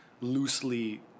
loosely